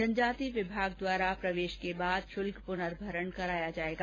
जनजाति विभाग द्वारा प्रवेश के पश्चात शुल्क प्रनर्भरण करया जायेगा